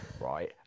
right